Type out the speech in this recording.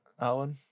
alan